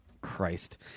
Christ